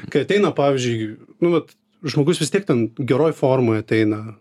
kai ateina pavyzdžiui nu vat žmogus vis tiek ten geroj formoj ateina